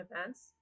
events